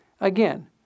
Again